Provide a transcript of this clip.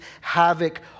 havoc